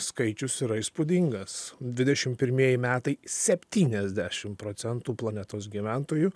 skaičius yra įspūdingas dvidešim pirmieji metai septyniasdešim procentų planetos gyventojų